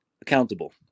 accountable